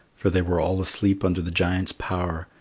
for they were all asleep under the giant's power,